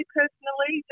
personally